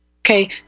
Okay